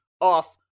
off